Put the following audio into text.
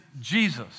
Jesus